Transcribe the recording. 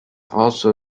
also